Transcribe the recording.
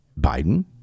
biden